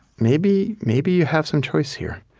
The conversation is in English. maybe maybe you have some choice here